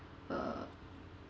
uh